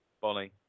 Bonnie